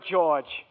George